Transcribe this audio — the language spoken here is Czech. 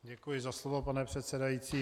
Děkuji za slovo, pane předsedající.